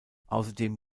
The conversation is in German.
außerdem